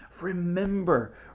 Remember